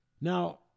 Now